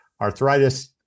Arthritis